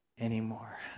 anymore